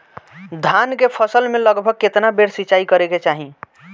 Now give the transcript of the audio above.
धान के फसल मे लगभग केतना बेर सिचाई करे के चाही?